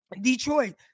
Detroit